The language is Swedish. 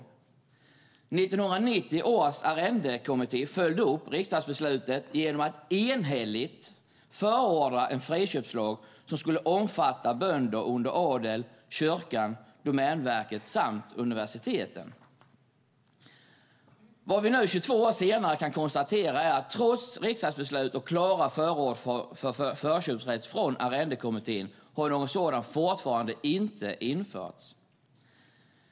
1990 års arrendekommitté följde upp riksdagsbeslutet genom att enhälligt förorda en friköpslag som skulle omfatta bönder under adel, kyrkan, Domänverket samt universiteten. Vad vi nu 22 år senare kan konstatera är att någon sådan, trots riksdagsbeslut och klara förord för friköpsrätt från Arrendekommittén, fortfarande inte har införts.